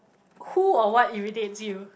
who or what irritates you